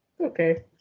okay